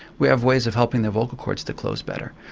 we have ways of helping their vocal chords to close better.